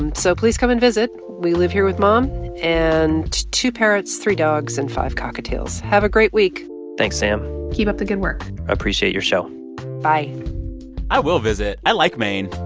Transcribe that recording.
um so please come and visit. we live here with mom and two parrots, three dogs and five cockatiels. have a great week thanks, sam keep up the good work appreciate your show bye i will visit. i like maine.